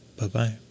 Bye-bye